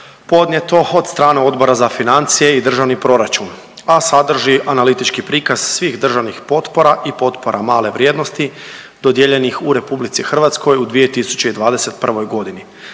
podnijeto od strane Odbora za financije i državni proračun, a sadrži analitički prikaz svih državnih potpora i potpora male vrijednosti dodijeljenih u RH u 2021. g.